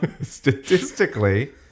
Statistically